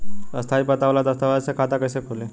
स्थायी पता वाला दस्तावेज़ से खाता कैसे खुली?